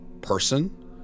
person